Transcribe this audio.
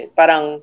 parang